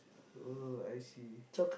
oh I see